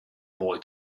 boy